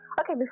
okay